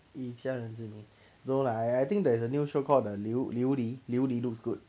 以家人之名 no lah I I think there's a new show called the 琉琉璃琉璃 looks good